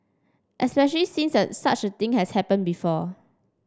especially since a such thing has happened before